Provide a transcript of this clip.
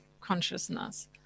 consciousness